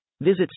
Visit